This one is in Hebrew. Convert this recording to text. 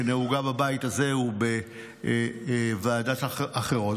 שנהוגה בבית הזה ובוועדות אחרות,